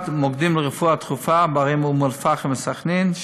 1. מוקדים לרפואה דחופה בערים אום אל-פחם וסח'נין,